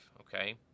okay